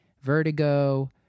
vertigo